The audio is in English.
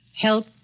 help